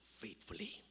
faithfully